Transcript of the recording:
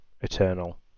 Eternal